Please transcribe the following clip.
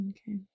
Okay